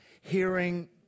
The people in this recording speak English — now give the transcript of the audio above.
hearing